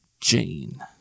Jane